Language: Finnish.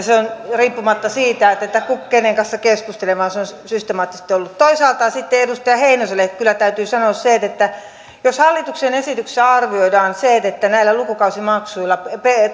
riippumatta siitä kenen kanssa keskustelen se on systemaattisesti ollut sama toisaalta edustaja heinoselle kyllä täytyy sanoa se että jos hallituksen esityksessä arvioidaan se että näillä lukukausimaksuilla